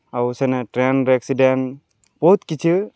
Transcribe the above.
ଆଉ ସେନେ train accident ବହୁତ୍ କିଛି